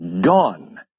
Gone